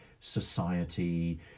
society